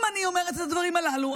אם אני אומרת את הדברים הללו,